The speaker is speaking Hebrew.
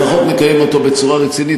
לפחות נקיים אותו בצורה רצינית.